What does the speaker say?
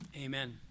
Amen